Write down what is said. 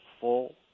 full